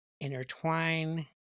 intertwine